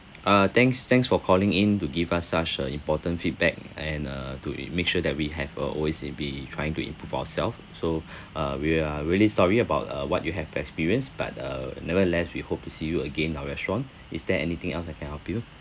uh thanks thanks for calling in to give us such a important feedback and uh to i~ make sure that we have uh always i~ be trying to improve ourselves so uh we are really sorry about uh what you have experienced but uh nevertheless we hope to see you again in our restaurant is there anything else I can help you